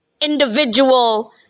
individual